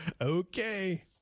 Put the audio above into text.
Okay